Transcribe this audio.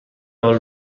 all